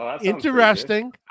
Interesting